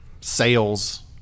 sales